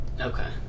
okay